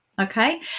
okay